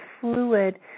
fluid